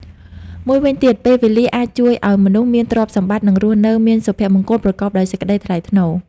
មួយវិញទៀត ពេលវេលាអាចជួយអោយមនុស្សមានទ្រព្យសម្បត្តិ និងរស់នៅមានសុភមង្គលប្រកបដោយសេចក្តីថ្លៃថ្នូរ។